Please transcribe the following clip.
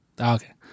Okay